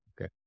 Okay